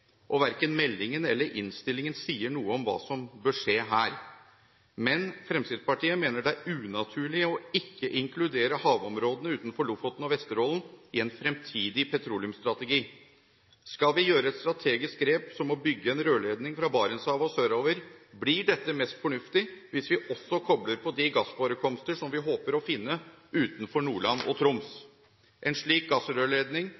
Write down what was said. og verken meldingen eller innstillingen sier noe om hva som bør skje her. Men Fremskrittspartiet mener det er unaturlig å ikke inkludere havområdene utenfor Lofoten og Vesterålen i en fremtidig petroleumsstrategi. Skal vi gjøre et strategisk grep som å bygge en rørledning fra Barentshavet og sørover, blir dette mest fornuftig hvis vi også kobler på de gassforekomster som vi håper å finne utenfor Nordland og Troms. En slik gassrørledning